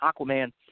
Aquaman –